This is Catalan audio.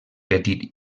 petit